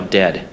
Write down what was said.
dead